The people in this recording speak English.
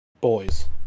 boys